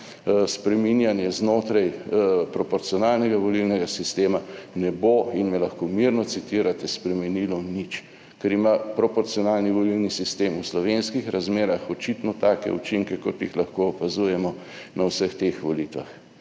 spreminjanje znotraj proporcionalnega volilnega sistema ne bo in me lahko mirno citirate, spremenilo nič, ker ima proporcionalni volilni sistem v slovenskih razmerah očitno take učinke kot jih lahko opazujemo na vseh teh volitvah